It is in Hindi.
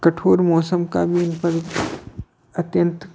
कठोर मौसम का भी उन पर अत्यंत